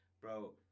bro